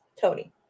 Tony